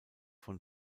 von